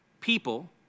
people